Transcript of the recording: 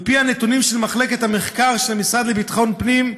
על פי הנתונים של מחלקת המחקר של המשרד לביטחון פנים,